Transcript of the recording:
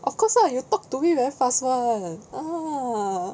of course lah you talk to me very fast [one] ah